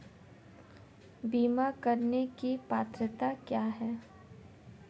बीमा करने की पात्रता क्या है?